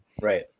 Right